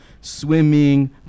swimming